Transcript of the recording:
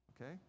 Okay